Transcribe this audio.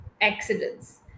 accidents